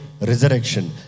Resurrection